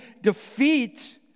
defeat